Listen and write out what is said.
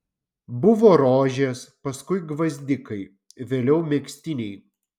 buvo rožės paskui gvazdikai vėliau megztiniai